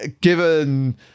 given